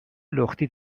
لختی